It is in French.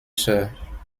sœurs